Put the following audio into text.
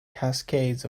cascades